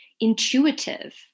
intuitive